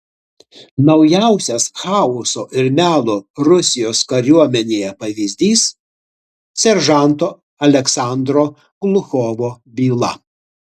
naujausias chaoso ir melo rusijos kariuomenėje pavyzdys seržanto aleksandro gluchovo byla